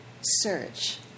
search